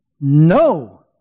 No